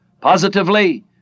Positively